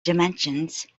dimensions